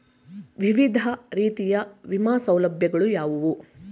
ವಿವಿಧ ರೀತಿಯ ವಿಮಾ ಸೌಲಭ್ಯಗಳು ಯಾವುವು?